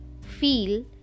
feel